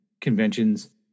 conventions